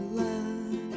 love